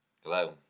Hello